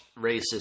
racist